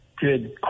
good